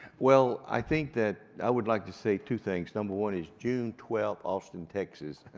well i think that i would like to say two things. number one is june twelfth, austin, texas,